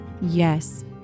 Yes